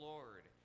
Lord